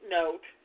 note